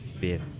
beer